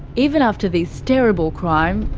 even after this terrible crime,